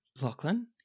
Lachlan